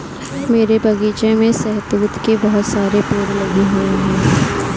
मेरे बगीचे में शहतूत के बहुत सारे पेड़ लगे हुए हैं